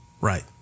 Right